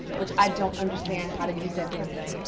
which i don't understand how to use that damn thing.